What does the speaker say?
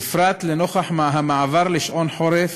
בפרט לנוכח המעבר לשעון חורף,